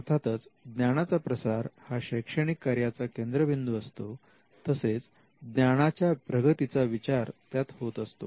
अर्थातच ज्ञानाचा प्रसार हा शैक्षणिक कार्याचा केंद्रबिंदू असतो तसेच ज्ञानाच्या प्रगतीचा विचार त्यात होत असतो